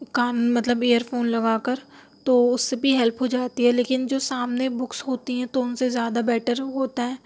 کام مطلب earphone لگا کر تو اُس سے بھی ہیلپ ہوجاتی ہے لیکن جو سامنے بکس ہوتی ہیں تو اُن سے زیادہ بیٹر ہوتا ہے